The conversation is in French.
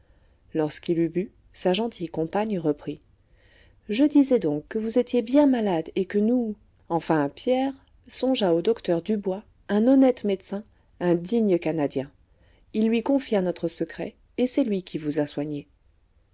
lorsqu'il eut bu sa gentille compagne reprit je disais donc que vous étiez bien malade et que nous enfin pierre songea au docteur dubois un honnête médecin un digne canadien il lui confia notre secret et c'est lui qui vous a soigné